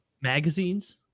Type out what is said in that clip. Magazines